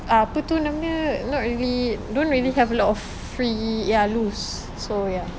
apa tu nama dia not really don't really have a lot of free ya loose so ya